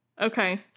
Okay